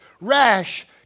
rash